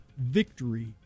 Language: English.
victory